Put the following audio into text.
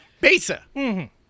Besa